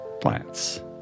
plants